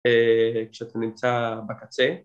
כשאתה נמצא בקצה